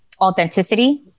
authenticity